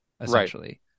Essentially